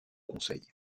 conseil